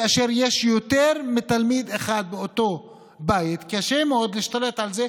כאשר יש יותר מתלמיד אחד באותו בית קשה מאוד להשתלט על זה,